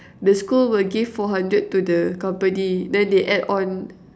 the school will give four hundred to the company then they add on